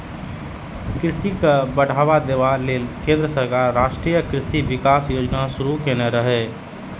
कृषि के बढ़ावा देबा लेल केंद्र सरकार राष्ट्रीय कृषि विकास योजना शुरू केने रहै